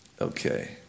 Okay